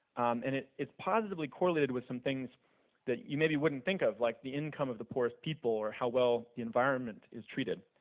and it's positively correlated with some things that you maybe wouldn't think of, like the income of the poorest people, or how well the environment is treated.